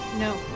No